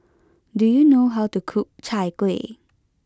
do you know how to cook Chai Kueh